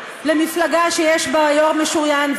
למפלגה שיש בה יו"ר משוריין,